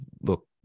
look